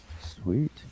Sweet